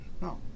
No